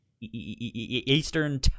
Eastern